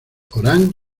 orán